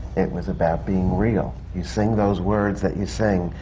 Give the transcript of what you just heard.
it was about being real. you sing those words that you sing,